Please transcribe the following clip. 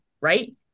Right